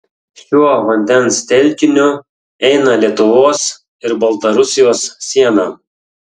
šiuo vandens telkiniu eina lietuvos ir baltarusijos siena